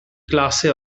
classe